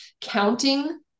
counting